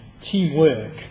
teamwork